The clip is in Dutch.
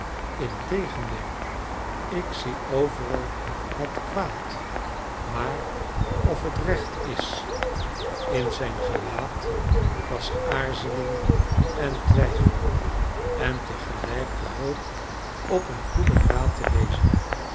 integendeel ik zie overal het kwaad maar of het recht is in zijn gelaat was aarzeling en twijfel en te gelijk de hoop op een goeden raad te lezen